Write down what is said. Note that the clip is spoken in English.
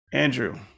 Andrew